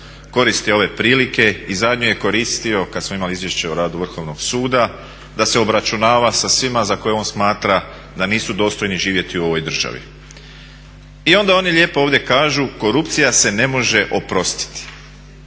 koristi ove prilike i zadnju je koristio kad smo imali izvješće o radu Vrhovnog suda da se obračunava sa svima za koje on smatra da nisu dostojni živjeti u ovoj državi. I onda oni ovdje lijepo kažu korupcija se ne može oprostiti